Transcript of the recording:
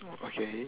okay